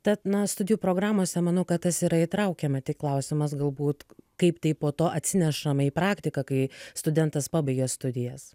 tad na studijų programose manau kad tas yra įtraukiama tik klausimas galbūt kaip tai po to atsinešam į praktiką kai studentas pabaigia studijas